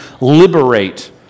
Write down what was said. liberate